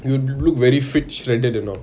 you l~ look very fit shredded and all